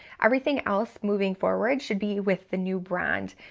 everything else moving forward should be with the new brand,